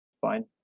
fine